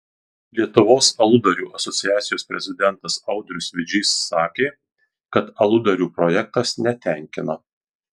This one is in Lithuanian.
lietuvos aludarių asociacijos prezidentas audrius vidžys sakė kad aludarių projektas netenkina